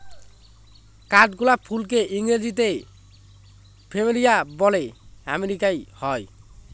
কাঠগোলাপ ফুলকে ইংরেজিতে প্ল্যামেরিয়া বলে আমেরিকায় হয়